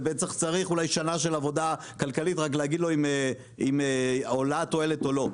זה בטח צריך שנה של עבודה כלכלית רק להגיד לו אם עולה התועלת או לא,